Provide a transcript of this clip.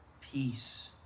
peace